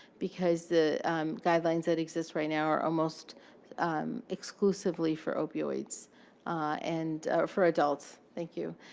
because the guidelines that exist right now are almost exclusively for opioids and for adults. thank you.